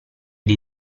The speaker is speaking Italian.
dei